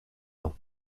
ans